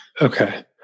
Okay